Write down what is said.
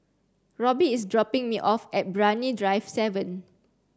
Robby is dropping me off at Brani Drive seven